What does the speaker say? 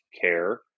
care